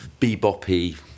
beboppy